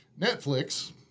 Netflix